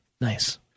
Nice